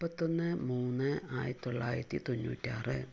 മുപ്പത്തൊന്ന് മൂന്ന് ആയിരത്തി തൊള്ളായിരത്തി തൊണ്ണൂറ്റാറ്